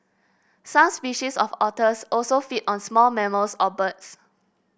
some species of otters also feed on small mammals or birds